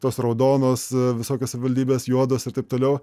tos raudonos visokios savivaldybės juodos ir taip toliau